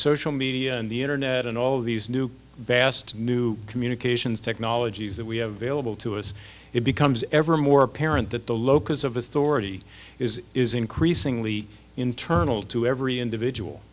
social media and the internet and all of these new best new communications technologies that we have vailable to us it becomes ever more apparent that the locus of authority is is increasingly internal to every individual